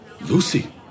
lucy